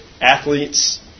Athletes